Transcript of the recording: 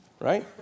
right